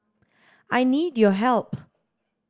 I need your help